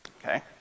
Okay